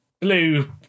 Blue